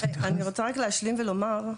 אני רוצה רק להשלים ולומר,